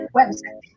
website